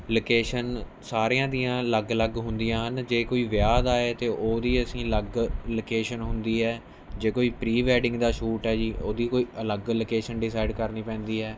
location ਸਾਰਿਆਂ ਦੀਆਂ ਅਲੱਗ ਅਲੱਗ ਹੁੰਦੀਆਂ ਹਨ ਜੇ ਕੋਈ ਵਿਆਹ ਦਾ ਹੈ ਅਤੇ ਉਹਦੀ ਅਸੀਂ ਅਲੱਗ ਲੋਕੇਸ਼ਨ ਹੁੰਦੀ ਹੈ ਜੇ ਕੋਈ ਪ੍ਰੀ ਵੈਡਿੰਗ ਦਾ ਸ਼ੂਟ ਹੈ ਜੀ ਉਹਦੀ ਕੋਈ ਅਲੱਗ ਲੋਕੇਸ਼ਨ ਡਿਸਾਈਡ ਕਰਨੀ ਪੈਂਦੀ ਹੈ